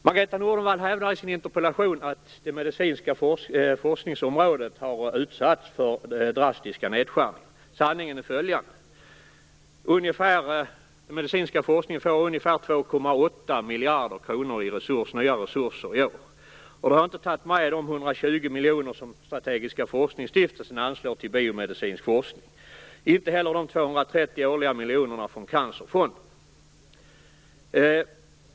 Margareta Nordenvall hävdar i sin interpellation att Medicinska forskningsrådet har utsatts för drastiska nedskärningar, men sanningen är följande: Den medicinska forskningen får ungefär 2,8 miljarder i nya resurser i år. Då har jag inte räknat med de 120 miljoner kronor som Stiftelsen för strategisk forskning anslår till biomedicinsk forskning och inte heller de 230 årliga miljonerna från Cancerfonden.